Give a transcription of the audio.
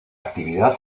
actividad